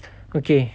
okay